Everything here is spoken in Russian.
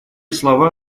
слова